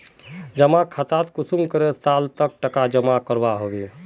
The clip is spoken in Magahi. जमा खातात कुंसम करे साल तक टका जमा करवा होबे?